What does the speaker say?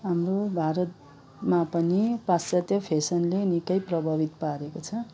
हाम्रो भारतमा पनि पाश्चात्य फेसनले निकै प्रभावित पारेको छ